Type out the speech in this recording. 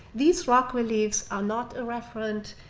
these rock reliefs are not a referent,